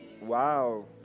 Wow